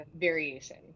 variation